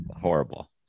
Horrible